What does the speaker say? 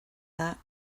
that